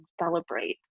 celebrate